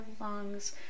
lungs